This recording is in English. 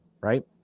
right